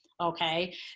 okay